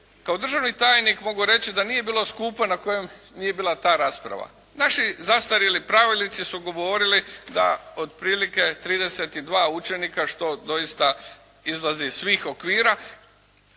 Kao državni tajnik mogu reći da nije bilo skupa na kojem nije bila ta rasprava. Naši zastarjeli pravilnici su govorili da otprilike 32 učenika što doista izlazi iz svih okvira,